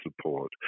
support